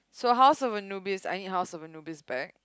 so House-of-Anubis I need House-of-Anubis back